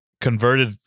converted